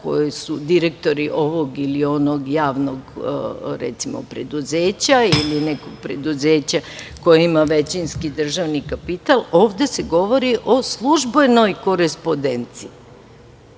koja su direktori ovog ili onog javnog preduzeća ili nekog preduzeća koje ima većinski državni kapital, ovde se govori o službenoj korespodenciji.